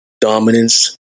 dominance